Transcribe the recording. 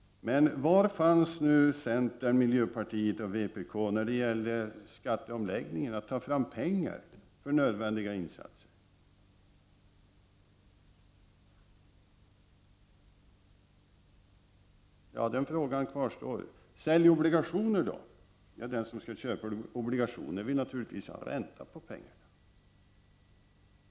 Men var fanns centern, miljöpartiet och vpk när det gällde skatteomläggningen, att ta fram pengar för nödvändiga insatser? Den frågan kvarstår. Det har här talats om obligationer, men den som köper obligationer vill naturligtvis ha ränta på pengarna.